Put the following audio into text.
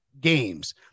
games